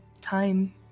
time